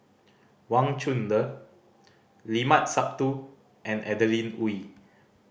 Wang Chunde Limat Sabtu and Adeline Ooi